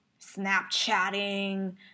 Snapchatting